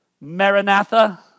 Maranatha